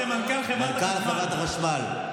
אמר את זה מנכ"ל חברת החשמל.